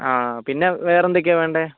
ആ പിന്നെ വേറെന്തൊക്കെയാണ് വേണ്ടത്